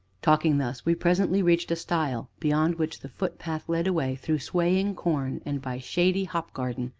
talking thus, we presently reached a stile beyond which the footpath led away through swaying corn and by shady hopgarden,